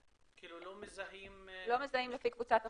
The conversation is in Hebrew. כאילו לא מזהים --- לא מזהים לפי קבוצת אוכלוסייה,